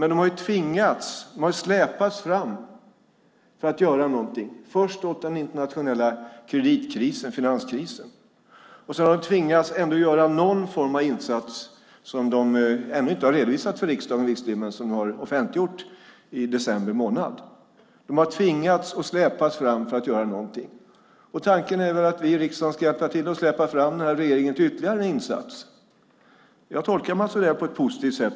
Men de har tvingats och släpats fram för att göra någonting, först åt den internationella finanskrisen, och sedan har de tvingats att göra någon form av insats, som ännu inte har redovisats inför riksdagen men som offentliggjordes i december månad. De har tvingats och släpats fram för att göra någonting. Tanken är väl att vi i riksdagen ska hjälpa till att släpa fram regeringen till ytterligare en insats. Jag tolkar Mats Odell på ett positivt sätt.